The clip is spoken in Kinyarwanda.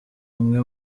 umwe